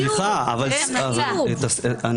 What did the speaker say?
סליחה, אבל כבוד